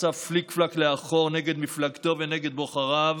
עשה פליק-פלאק לאחור נגד מפלגתו ונגד בוחריו,